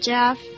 Jeff